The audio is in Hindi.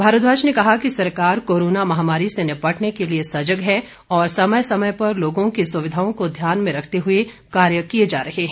भारद्वाज ने कहा कि सरकार कोरोना महामारी से निपटने के लिए सजग है और समय समय पर लोगों की सुविधाओं को ध्यान में रखते हुए कार्य किए जा रहे हैं